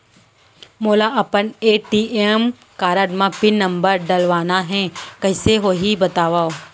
मोला अपन ATM card म पिन नंबर डलवाना हे कइसे होही बतावव?